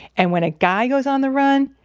and when a guy goes on the run,